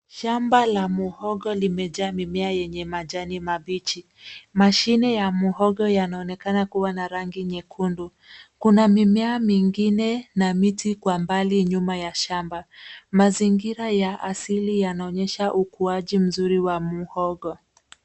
Shamba la muhogo limejaa mimea yenye majani mabichi. Mashina ya muhogo yanaonekana kuwa na rangi nyekundu. Kuna mimea mingine na miti kwa mbali, nyuma ya shamba. Mazingira ya asili yanaonyesha ukuaji mzuri wa muhogo.